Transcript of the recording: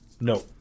No